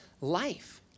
life